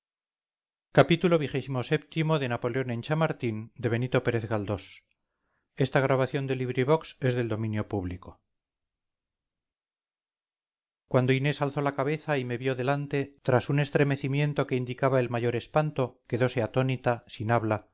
xxvii xxviii xxix napoleón en chamartín de benito pérez galdós cuando inés alzó la cabeza y me vio delante tras un estremecimiento que indicaba el mayor espanto quedose atónita sin habla